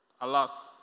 alas